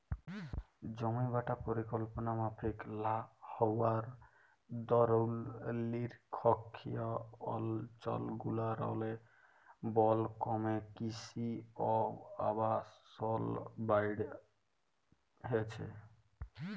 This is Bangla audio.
জমিবাঁটা পরিকল্পলা মাফিক লা হউয়ার দরুল লিরখ্খিয় অলচলগুলারলে বল ক্যমে কিসি অ আবাসল বাইড়হেছে